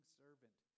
servant